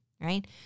right